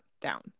down